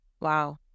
wow